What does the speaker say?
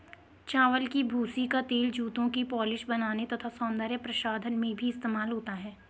चावल की भूसी का तेल जूतों की पॉलिश बनाने तथा सौंदर्य प्रसाधन में भी इस्तेमाल होता है